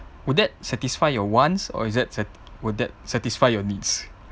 would that satisfy your wants or is that would that satisfy your needs